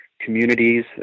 communities